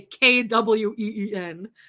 K-W-E-E-N